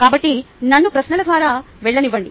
కాబట్టి నన్ను ప్రశ్నల ద్వారా వెళ్ళనివ్వండి